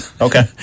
Okay